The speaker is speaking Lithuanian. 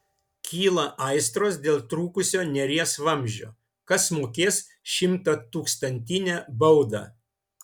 kyla aistros dėl trūkusio neries vamzdžio kas mokės šimtatūkstantinę baudą